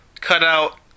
cutout